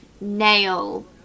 nail